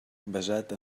basat